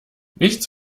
nichts